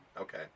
okay